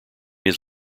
his